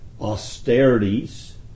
austerities